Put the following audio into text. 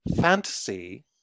fantasy